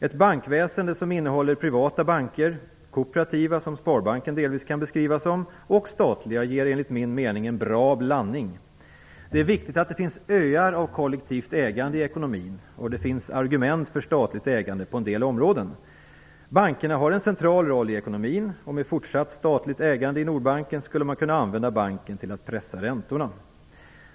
Ett bankväsende som innehåller privata banker, kooperativa, som Sparbanken delvis kan beskrivas som, och statliga ger enligt min mening en bra blandning. Det är viktigt att det finns öar av kollektivt ägande i ekonomin. Det finns argument för statligt ägande på en del områden. Bankerna har en central roll i ekonomin. Med fortsatt statligt ägande i Nordbanken skulle man kunna använda banken till att pressa räntorna.